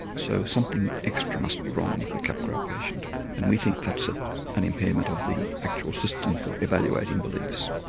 so something extra must be wrong with the capgras patient and we think that's ah an impairment of the actual system for evaluating beliefs.